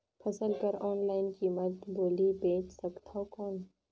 फसल कर ऑनलाइन कीमत बोली बेच सकथव कौन?